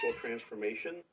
transformation